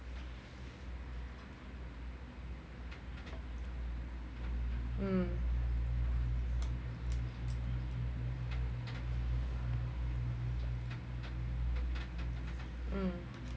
mm mm